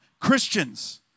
Christians